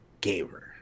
gamer